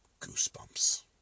goosebumps